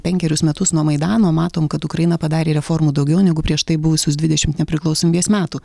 penkerius metus nuo maidano matom kad ukraina padarė reformų daugiau negu prieš tai buvusius dvidešimt nepriklausomybės metų